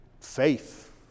Faith